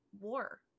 war